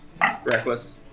Reckless